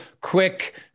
quick